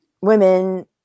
women